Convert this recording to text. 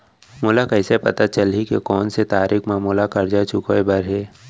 मोला कइसे पता चलही के कोन से तारीक म मोला करजा चुकोय बर हे?